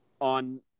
On